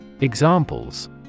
Examples